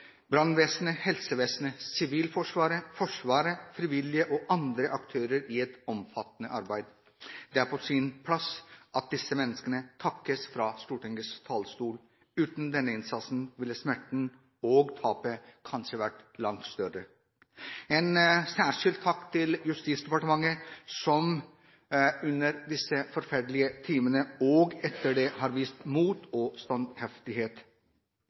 brannvesenet, helsevesenet, Sivilforsvaret, Forsvaret, frivillige og andre aktører opp i et omfattende arbeid. Det er på sin plass at disse menneskene takkes fra Stortingets talerstol. Uten denne innsatsen ville smerten og tapet kanskje ha vært langt større. En særskilt takk til Justisdepartementet, som i disse forferdelige timene og etterpå har vist mot og